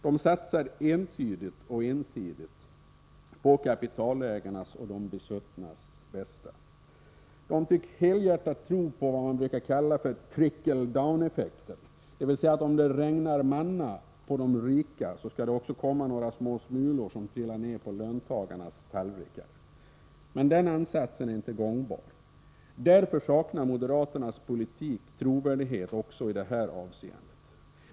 De satsar entydigt och ensidigt på kapitalägarnas och de besuttnas bästa. De tycks helhjärtat tro på vad man brukar kalla trickle-down-effekten, dvs. att om det regnar manna på de rika så skall det också trilla ned några små smulor på löntagarnas tallrikar. Men den ansatsen är inte gångbar. Därför saknar moderaternas politik trovärdighet också i det här avseendet.